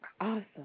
Awesome